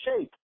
shape